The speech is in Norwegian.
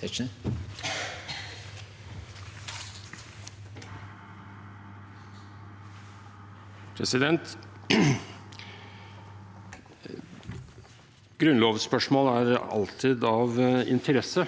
Grunnlovs- spørsmål er alltid av interesse,